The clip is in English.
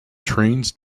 trains